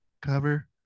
cover